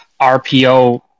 RPO